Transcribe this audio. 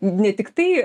ne tik tai